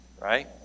right